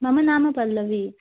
मम नाम पल्लवी